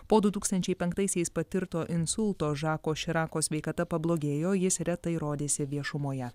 po du tūkstančiai penktaisiais patirto insulto žako širako sveikata pablogėjo jis retai rodėsi viešumoje